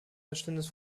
verständnis